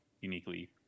uniquely